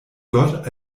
gott